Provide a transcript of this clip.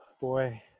boy